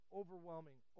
overwhelming